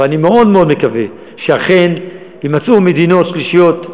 אבל אני מאוד מקווה שאכן יימצאו מדיניות שלישיות,